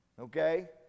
okay